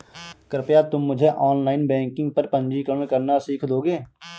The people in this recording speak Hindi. कृपया तुम मुझे ऑनलाइन बैंकिंग पर पंजीकरण करना सीख दोगे?